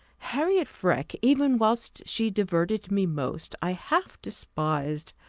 harriot freke, even whilst she diverted me most, i half despised.